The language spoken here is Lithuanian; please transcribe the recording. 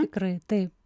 tikrai taip